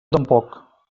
tampoc